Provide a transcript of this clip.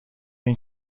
این